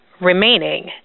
remaining